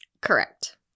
Correct